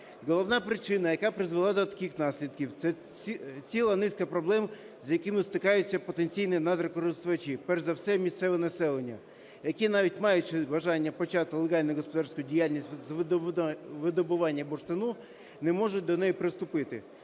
Головна причина, яка призвела до таких наслідків, це ціла низка проблем, з якими стикаються потенційні надрокористувачі, перш за все місцеве населення, яке навіть маючи бажання почати легальну господарську діяльність з видобування бурштину, не може до неї приступити.